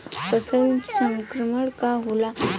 फसल चक्रण का होला?